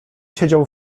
siedział